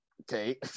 Okay